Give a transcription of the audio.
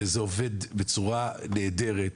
וזה עובד בצורה נהדרת.